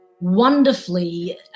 wonderfully